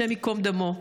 השם ייקום דמו.